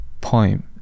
poem